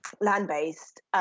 land-based